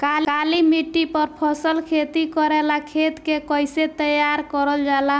काली मिट्टी पर फसल खेती करेला खेत के कइसे तैयार करल जाला?